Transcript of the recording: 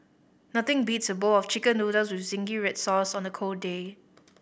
nothing beats a bowl of Chicken Noodles with zingy red sauce on a cold day